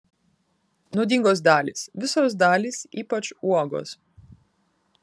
nuodingos dalys visos dalys ypač uogos